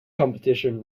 competition